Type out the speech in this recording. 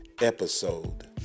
episode